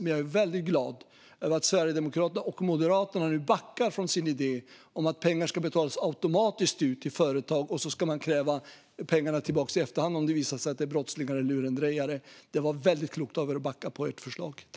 Men jag är mycket glad över att Sverigedemokraterna och Moderaterna nu backar från idén om att pengarna ska betalas ut automatiskt till företag för att sedan krävas tillbaka i efterhand om det har visat sig vara fråga om brottslingar eller lurendrejare. Det var mycket klokt att ni backade från förslaget.